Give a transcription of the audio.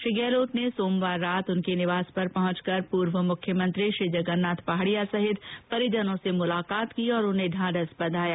श्री गहलोत ने सोमवार रात उनके निवास पर पहंचकर पूर्व मुख्यमंत्री श्री जगन्नाथ पहाड़िया सहित परिजनों से मुलाकात की और उन्हें ढांढस बंधाया